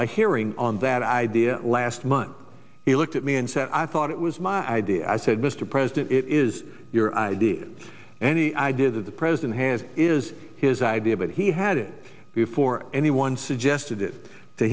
a hearing on that idea last month he looked at me and said i thought it was my idea i said mr president it is your idea any idea that the president has is his idea but he had it before anyone suggested it to